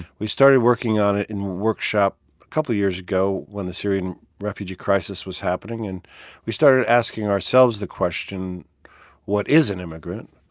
we started working on it in workshop a couple years ago when the syrian refugee crisis was happening. and we started asking ourselves the question what is an immigrant?